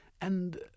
And